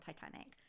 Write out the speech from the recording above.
Titanic